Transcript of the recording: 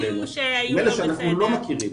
אלה שאנחנו לא מכירים